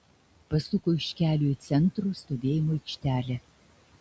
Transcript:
pasuko iš kelio į centro stovėjimo aikštelę